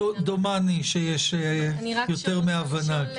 דומני שיש יותר מהבנה.